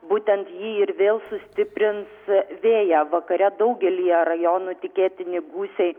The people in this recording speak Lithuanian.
būtent jį ir vėl sustiprins vėją vakare daugelyje rajonų tikėtini gūsiai